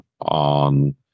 on